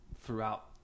throughout